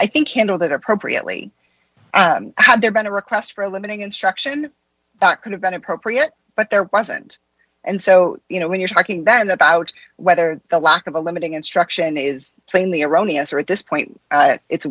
i think handle that appropriately had there been a request for a limiting instruction that could have been appropriate but there wasn't and so you know when you're talking then about whether the lack of a limiting instruction is plainly erroneous or at this point it's